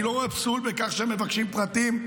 אני לא רואה פסול בכך שמבקשים פרטים.